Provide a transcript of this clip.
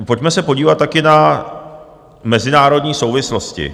Pojďme se podívat také na mezinárodní souvislosti.